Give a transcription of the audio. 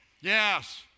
Yes